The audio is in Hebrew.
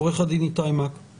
בבקשה, עורך הדין איתי מק.